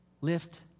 Lift